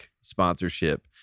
sponsorship